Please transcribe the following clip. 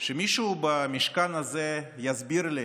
שמישהו במשכן הזה יסביר לי